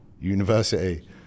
university